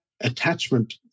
Attachment